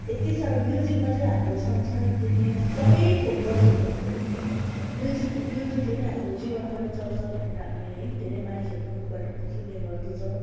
यति साह्रो म्युजिकमा चाहिँ हाम्रो संसार दुनियाँ सबै थोक बसेको हुन्छ क्या म्युजिक म्युजिकले नै हाम्रो जीवन पनि चल्छ भनेर हामी है धेरै मानिसहरूको मुखबाट पनि सुन्ने गर्दछौँ